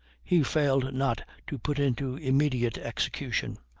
he failed not to put into immediate execution.